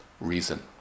reason